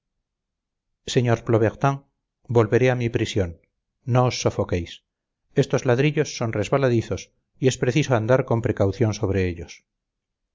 sr plobertin volveré a mi prisión no os sofoquéis estos ladrillos son resbaladizos y es preciso andar con precaución sobre ellos